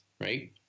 right